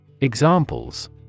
Examples